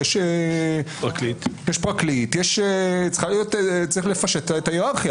יש פרקליט, צריך לפשט את ההירארכיה.